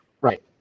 right